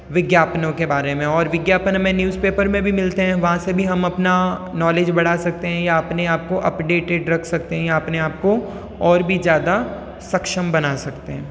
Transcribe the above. विज्ञापनों के बारे में और विज्ञापन हमें न्यूज़ पेपर में भी मिलते हैं वहाँ से भी हम अपना नॉलेज बढ़ा सकते हैं या अपने आपको अप्डेटेड रख सकते हैं या अपने आपको और भी ज़्यादा सक्षम बना सकते हैं